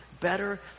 better